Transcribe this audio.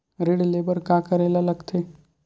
ऋण ले बर का करे ला लगथे?